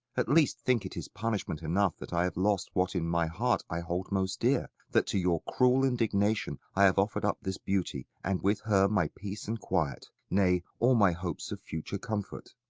at least think it is punishment enough that i have lost what in my heart i hold most dear, that to your cruel indignation i have offered up this beauty, and with her my peace and quiet nay, all my hopes of future comfort.